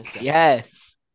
Yes